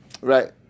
Right